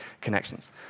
connections